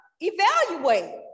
evaluate